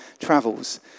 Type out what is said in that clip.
travels